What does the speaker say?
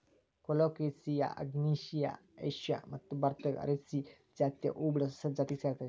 colocasia ಆಗ್ನೇಯ Asia ಮತ್ತು ಭಾರತದಾಗ ಅರೇಸಿ ಜಾತಿಯ ಹೂಬಿಡೊ ಸಸ್ಯದ ಜಾತಿಗೆ ಸೇರೇತಿ